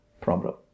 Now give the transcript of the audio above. problem